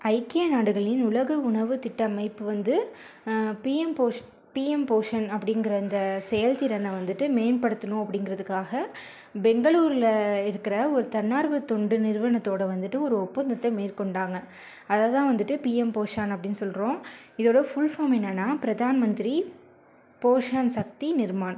ஐக்கிய நாடுகளின் உலக உணவு திட்டமைப்பு வந்து பிஎம் போ பிஎம் போஷன் அப்படிங்குற இந்தச் செயல் திறனை வந்துட்டு மேம்படுத்தணும் அப்படிங்குறதுக்காக பெங்களூரில் இருக்கிற ஒரு தன்னார்வத் தொண்டு நிறுவனத்தோடு வந்துட்டு ஒரு ஒப்பந்தத்தை மேற்கொண்டாங்க அதை தான் வந்துட்டு பிஎம் போஷன் அப்படின்னு சொல்கிறோம் இதோடய ஃபுல் ஃபார்ம் என்னன்னால் பிரதான் மந்திரி போஷன் சக்தி நிர்மான்